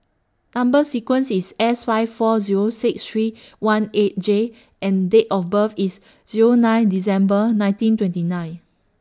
Number sequence IS S five four Zero six three one eight J and Date of birth IS Zero nine December nineteen twenty nine